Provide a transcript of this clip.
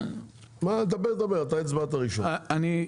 אני,